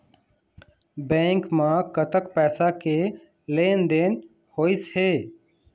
Bank म कतक पैसा के लेन देन होइस हे?